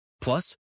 Plus